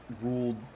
ruled